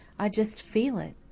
i just feel it.